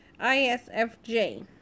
ISFJ